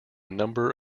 number